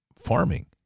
farming